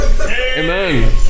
Amen